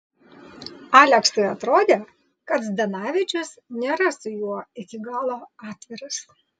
aleksui atrodė kad zdanavičius nėra su juo iki galo atviras